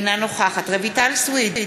אינה נוכחת רויטל סויד,